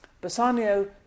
Bassanio